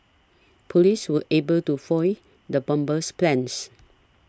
police were able to foil the bomber's plans